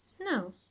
No